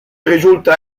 risulta